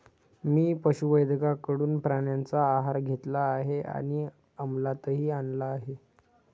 मी पशुवैद्यकाकडून प्राण्यांचा आहार घेतला आहे आणि अमलातही आणला आहे